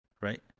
right